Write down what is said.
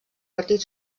partit